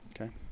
Okay